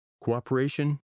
Cooperation